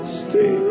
stay